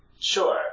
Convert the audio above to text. Sure